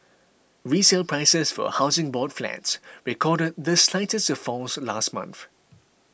resale prices for Housing Board flats recorded the slightest of falls last month